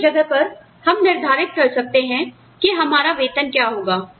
तो इस जगह पर हम निर्धारित कर सकते हैं कि हमारा वेतन क्या होगा